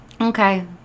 okay